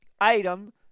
item